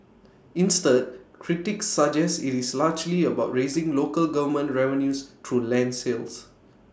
instead critics suggest IT is largely about raising local government revenues through land sales